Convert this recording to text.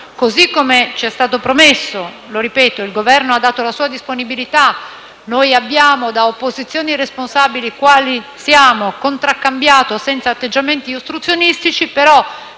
così come ci è stato promesso (lo ripeto, il Governo ha dato la sua disponibilità e noi abbiamo, da opposizioni responsabili quali siamo, contraccambiato senza atteggiamenti ostruzionistici), che